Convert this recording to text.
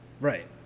right